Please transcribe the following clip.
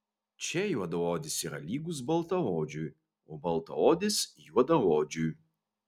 čia juodaodis yra lygus baltaodžiui o baltaodis juodaodžiui